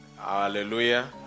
Hallelujah